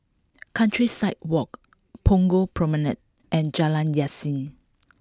countryside walk Punggol Promenade and Jalan Yasin